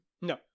No